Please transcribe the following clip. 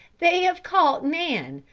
they have caught nan,